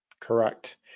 Correct